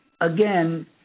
again